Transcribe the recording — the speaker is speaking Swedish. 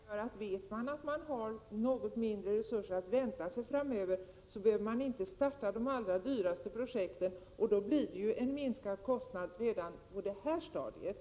Herr talman! Jag försökte klargöra, att om man vet att man har att vänta något mindre resurser framöver behöver man inte starta de allra dyraste projekten — då blir det en minskad kostnad redan på det här stadiet.